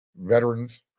veterans